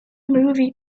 movie